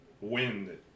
wind